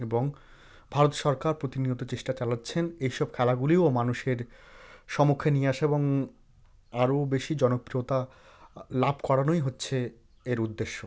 এবং ভারত সরকার প্রতিনিয়ত চেষ্টা চালাচ্ছেন এই সব খেলাগুলিও মানুষের সম্মুখে নিয়ে আসা এবং আরও বেশি জনপ্রিয়তা লাভ করানোই হচ্ছে এর উদ্দেশ্য